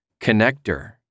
connector